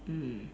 mm